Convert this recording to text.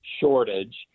shortage